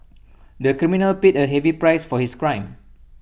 the criminal paid A heavy price for his crime